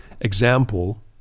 example